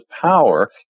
power